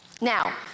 Now